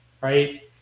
right